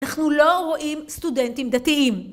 אנחנו לא רואים סטודנטים דתיים!